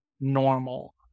normal